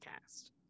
cast